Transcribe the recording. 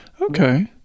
okay